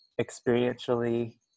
experientially